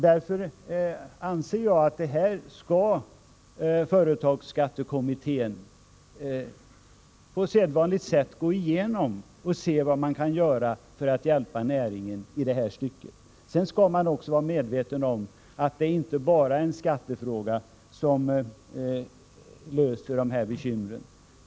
Därför anser jag att företagsskattekommittén på sedvanligt sätt bör gå igenom detta ärende och se vad som kan göras för att hjälpa näringen i detta stycke. Vi skall emellertid vara medvetna om att enbart en lösning av skattefrågan inte avlägsnar alla bekymmer.